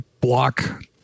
block